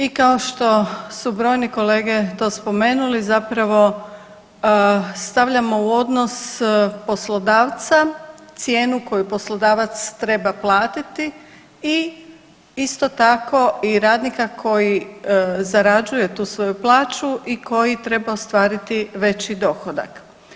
I kao što su brojni kolege to spomenuli zapravo stavljamo u odnos poslodavca cijenu koju poslodavac treba platiti i isto tako radnika koji zarađuje tu svoju plaću i koji treba ostvariti veći dohodak.